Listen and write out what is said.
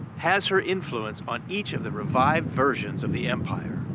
has her influence on each of the revived versions of the empire.